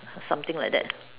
something like that